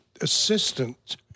assistant